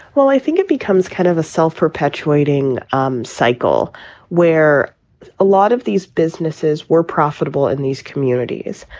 well, i think it becomes kind of a self-perpetuating um cycle where a lot of these businesses were profitable in these communities,